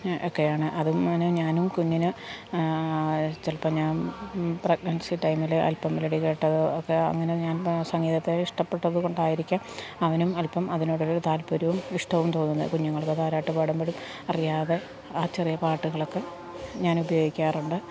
ഒക്കെയാണ് അതും മോന് ഞാനും കുഞ്ഞിന് ചിലപ്പം ഞാൻ പ്രഗ്നൻസി ടൈമിൽ അൽപ്പം മെലഡി കേട്ടത് ഒക്കെ അങ്ങനെ ഞാൻ സംഗീതത്തെ ഇഷ്ടപ്പെട്ടത് കൊണ്ടായിരിക്കാം അവനും അൽപ്പം അതിനോടൊരു താൽപ്പര്യവും ഇഷ്ടവും തോന്നുന്നത് കുഞ്ഞുങ്ങൾക്ക് താരാട്ട് പാടുമ്പോഴും അറിയാതെ ആ ചെറിയ പാട്ടുകളൊക്കെ ഞാൻ ഉപയോഗിക്കാറുണ്ട്